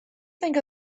think